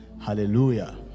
Hallelujah